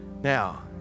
Now